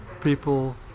people